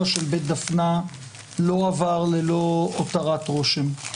של בית דפנה לא עבר ללא הותרת רושם.